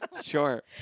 Sure